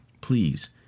please